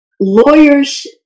Lawyers